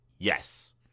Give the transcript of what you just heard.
Yes